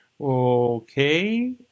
okay